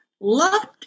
Loved